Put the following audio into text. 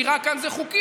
כי רק כאן זה חוקי,